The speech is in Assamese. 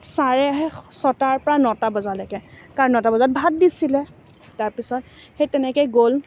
ছাৰে ছটাৰ পৰা নটা বজালৈকে কাৰণ নটা বজাত ভাত দিছিলে তাৰ পাছত সেই তেনেকৈয়ে গ'ল